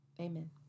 Amen